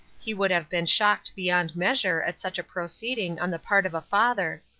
he would have been shocked beyond measure at such a proceeding on the part of a father.